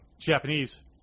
Japanese